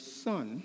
son